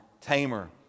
tamer